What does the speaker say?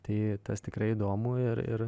tai tas tikrai įdomu ir ir